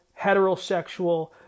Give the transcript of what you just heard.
heterosexual